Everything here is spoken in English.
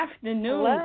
afternoon